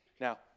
Now